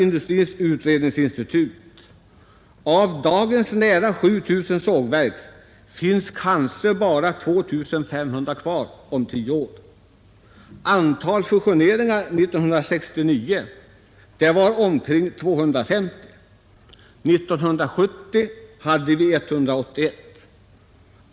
Industrins utredningsinstitut konstaterar: Av dagens nära 7 000 sågverk finns kanske bara 2 500 kvar om tio år. Antalet fusioneringar var 1969 omkring 250, 1970 var det 181.